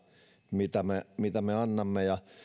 mitä me mitä me annamme ja